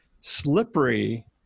slippery